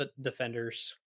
defenders